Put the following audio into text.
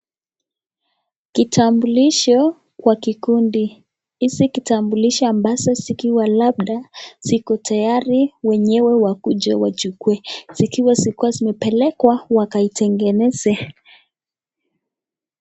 Kitambulisho kwa kikundi. Hizi kitambulisho ambazo zikiwa labda ziko tayari wenyewe wakuja wachukue. Zikiwa zikuwa zimepelekwa wakaitengeneze.